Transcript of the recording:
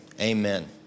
Amen